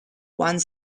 one